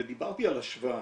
ודיברתי על השוואה.